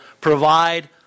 provide